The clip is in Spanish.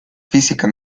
física